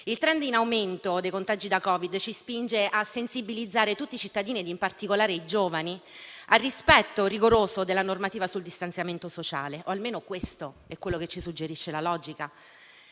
Il *trend* in aumento dei contagi da Covid ci spinge a sensibilizzare tutti i cittadini, in particolare i giovani, al rispetto rigoroso della normativa sul distanziamento sociale, o almeno questo è quello che la logica